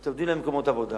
אתם נותנים להם מקומות עבודה,